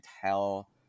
tell